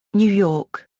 new york.